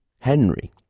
Henry